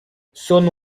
sono